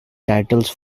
titles